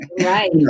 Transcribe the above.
Right